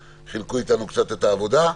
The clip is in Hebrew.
חלקו איתנו קצת את העבודה.